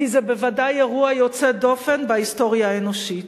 כי זה בוודאי אירוע יוצא דופן בהיסטוריה האנושית.